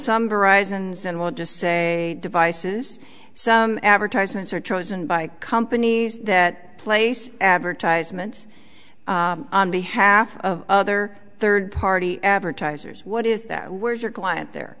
ones and will just say devices so advertisements are chosen by companies that place advertisement on behalf of other third party advertisers what is that where is your client there